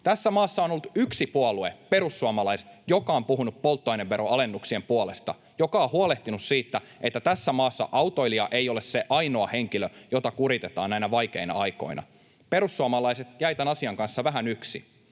Tässä maassa on ollut yksi puolue, perussuomalaiset, joka on puhunut polttoaineveron alennuksien puolesta ja joka on huolehtinut siitä, että tässä maassa autoilija ei ole se ainoa henkilö, jota kuritetaan näinä vaikeina aikoina. Perussuomalaiset jäivät tämän asian kanssa vähän yksin,